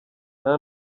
nta